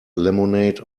lemonade